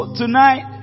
tonight